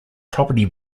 property